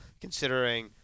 considering